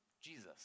Jesus